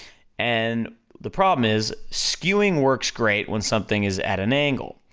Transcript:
and the problem is, skewing works great when something is at an angle,